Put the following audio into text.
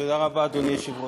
תודה רבה, אדוני היושב-ראש.